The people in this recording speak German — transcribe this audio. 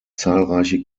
zahlreiche